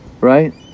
Right